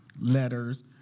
letters